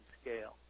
scale